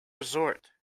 resort